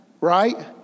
right